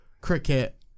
cricket